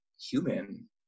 human